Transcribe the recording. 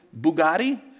Bugatti